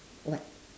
what